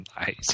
Nice